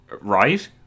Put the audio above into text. right